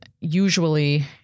usually